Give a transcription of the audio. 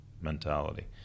mentality